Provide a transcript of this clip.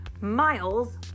miles